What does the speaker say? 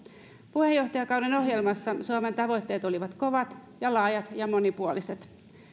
puheenjohtajakauden ohjelmassa suomen tavoitteet olivat kovat ja laajat ja monipuoliset